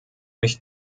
mich